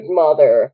mother